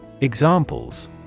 Examples